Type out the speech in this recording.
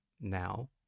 now